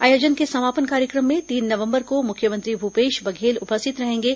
आयोजन के समापन कार्यक्रम में तीन नवंबर को मुख्यमंत्री भूपेश बघेल उपस्थित रहेंगे